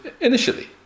initially